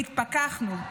והתפכחנו.